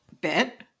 bit